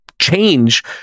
change